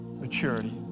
Maturity